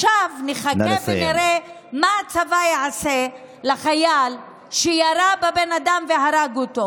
עכשיו נחכה ונראה מה הצבא יעשה לחייל שירה בבן אדם והרג אותו.